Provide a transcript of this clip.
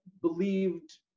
believed